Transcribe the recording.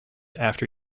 after